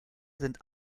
sind